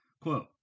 Quote